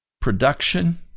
production